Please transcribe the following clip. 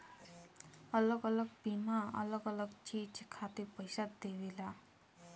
अलग अलग बीमा अलग अलग चीज खातिर पईसा देवेला